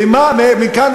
ומכאן,